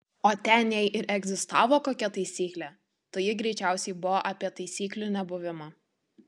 o ten jei ir egzistavo kokia taisyklė tai ji greičiausiai buvo apie taisyklių nebuvimą